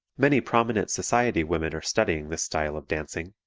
many prominent society women are studying this style of dancing.